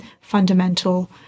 fundamental